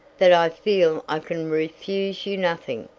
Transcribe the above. that i feel i can refuse you nothing.